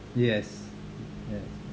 yes yes